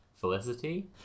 Felicity